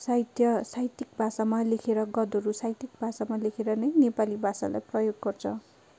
साहित्य साहित्यिक भाषामा लेखेर गद्यहरू साहित्यिक भाषामा लेखेर नै नेपाली भाषालाई प्रयोग गर्छ